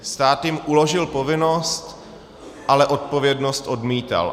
Stát jim uložil povinnost, ale odpovědnost odmítal.